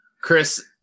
Chris